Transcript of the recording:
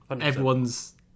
everyone's